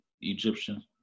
Egyptian